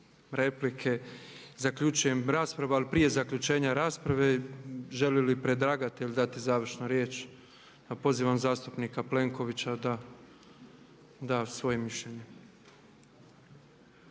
replike, zaključujem raspravu. Ali prije zaključenja rasprave želi li predlagatelj dati završnu riječ? Pozivam zastupnika Plenkovića da da svoje mišljenje.